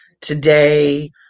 today